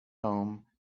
home